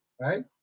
right